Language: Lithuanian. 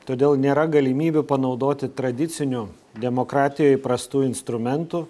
todėl nėra galimybių panaudoti tradicinių demokratijoj įprastų instrumentų